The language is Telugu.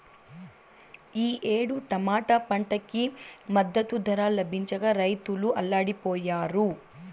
ఈ ఏడు టమాటా పంటకి మద్దతు ధర లభించక రైతులు అల్లాడిపొయ్యారు